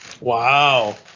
Wow